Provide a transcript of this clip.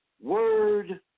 word